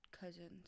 cousins